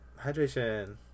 Hydration